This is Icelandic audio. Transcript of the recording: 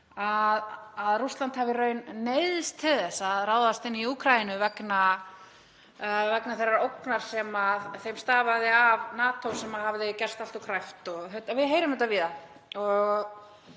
að Rússland hafi í raun neyðist til að ráðast inn í Úkraínu vegna þeirrar ógnar sem þeim stafaði af NATO sem hafði gerst allt of kræft. Við heyrum þetta víða.